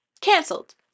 Cancelled